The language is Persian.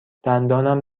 دندانم